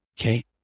Okay